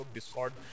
Discord